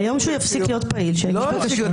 מיום שהוא יפסיק להיות פעיל, שיגיש בקשה.